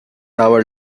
our